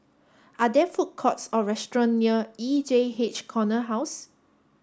are there food courts or restaurants near E J H Corner House